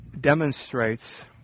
demonstrates